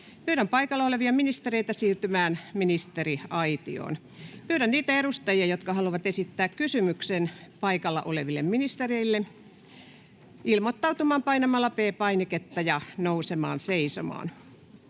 Pyydän paikalla olevia ministereitä siirtymään ministeriaitioon. Pyydän niitä edustajia, jotka haluavat esittää kysymyksen paikalla oleville ministereille, ilmoittautumaan painamalla P-painiketta ja nousemalla seisomaan.